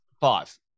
five